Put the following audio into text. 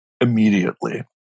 immediately